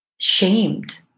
shamed